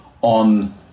on